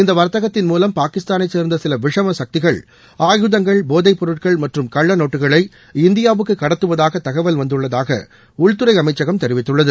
இந்த வர்த்தகத்தின் மூலம் பாகிஸ்தானை சேர்ந்த சில விஷம சக்திகள் ஆயுதங்கள் போதை பொருட்கள் மற்றும் கள்ள நோட்டுகளை இந்தியாவுக்கு கடத்துவதாக தகவல் வந்துள்ளதாக உள்துறை அமைச்சகம் தெரிவித்துள்ளது